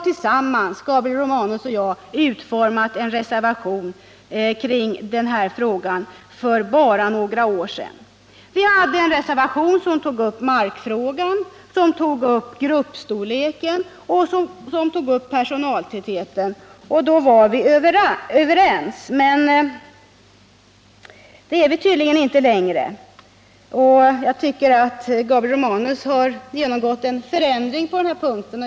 Gabriel Romanus och jag utformade för bara några år sedan en reservation kring denna fråga. Reservationen tog upp markproblemet, gruppstorleken och personaltätheten. Då var vi överens, men det är vi tydligen inte längre. Jag tycker att Gabriel Romanus har genomgått en förändring på denna punkt.